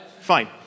Fine